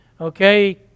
okay